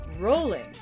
rolling